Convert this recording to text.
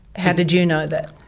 how did you know that?